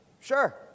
Sure